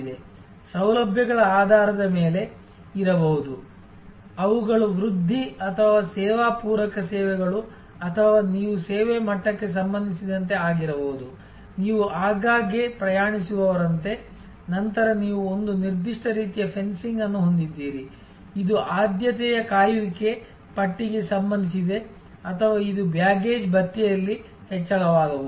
ಸೌಲಭ್ಯಗಳ ಆಧಾರದ ಮೇಲೆ ಇರಬಹುದು ಅವುಗಳು ವೃದ್ಧಿ ಅಥವಾ ಸೇವಾ ಪೂರಕ ಸೇವೆಗಳು ಅಥವಾ ನೀವು ಸೇವೆಯ ಮಟ್ಟಕ್ಕೆ ಸಂಬಂಧಿಸಿದಂತೆ ಆಗಿರಬಹುದು ನೀವು ಆಗಾಗ್ಗೆ ಪ್ರಯಾಣಿಸುವವರಂತೆ ನಂತರ ನೀವು ಒಂದು ನಿರ್ದಿಷ್ಟ ರೀತಿಯ ಫೆನ್ಸಿಂಗ್ ಅನ್ನು ಹೊಂದಿದ್ದೀರಿ ಇದು ಆದ್ಯತೆಯ ಕಾಯುವಿಕೆ ಪಟ್ಟಿಗೆ ಸಂಬಂಧಿಸಿದೆ ಅಥವಾ ಇದು ಬ್ಯಾಗೇಜ್ ಭತ್ಯೆಯಲ್ಲಿ ಹೆಚ್ಚಳವಾಗಬಹುದು